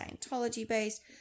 Scientology-based